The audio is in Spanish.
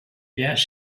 ellas